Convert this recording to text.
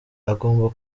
agomba